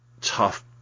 tough